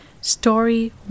Story